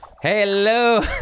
Hello